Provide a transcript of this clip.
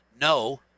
no